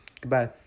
Goodbye